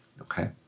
okay